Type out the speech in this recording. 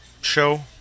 Show